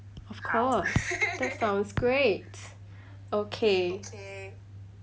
of course that sounds great okay